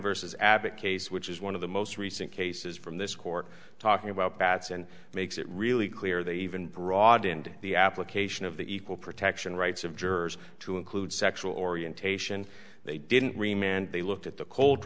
versus abbott case which is one of the most recent cases from this court talking about bats and makes it really clear they even broadened the application of the equal protection rights of jurors to include sexual orientation they didn't remain and they looked at the cold